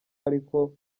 ariko